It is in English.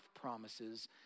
promises